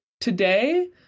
today